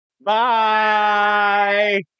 Bye